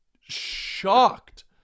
shocked